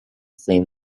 flame